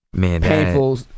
painful